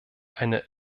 eine